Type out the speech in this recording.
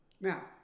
Now